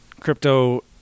crypto